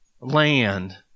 land